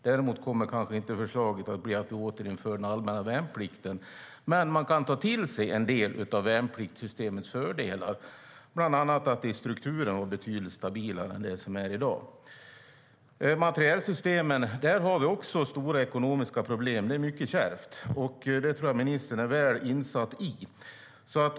Däremot kommer kanske inte förslaget att bli att vi återinför den allmänna värnplikten, men man kan ta till sig en del av värnpliktssystemets fördelar - bland annat att det i strukturen var betydligt stabilare än det vi har i dag. Vi har stora ekonomiska problem också i materielsystemen. Det är mycket kärvt, och det tror jag att ministern är väl insatt i.